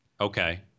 Okay